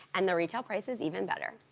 and the retail price is even better.